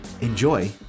Enjoy